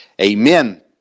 amen